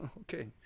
okay